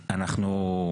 אנחנו,